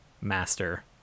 master